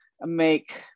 make